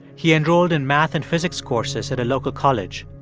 he enrolled in math and physics courses at a local college.